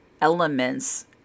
elements